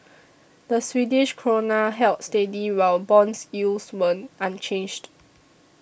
the Swedish Krona held steady while bonds yields were unchanged